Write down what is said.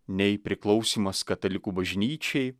nei priklausymas katalikų bažnyčiai